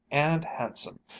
and handsome!